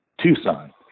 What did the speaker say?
Tucson